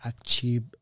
achieve